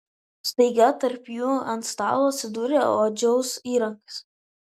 staiga tarp jų ant stalo atsidūrė odžiaus įrankis